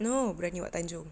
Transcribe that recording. no biryani wak tanjong